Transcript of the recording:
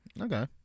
Okay